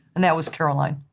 and that was caroline.